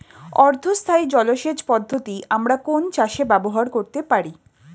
অর্ধ স্থায়ী জলসেচ পদ্ধতি আমরা কোন চাষে ব্যবহার করতে পারি?